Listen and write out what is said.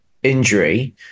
Injury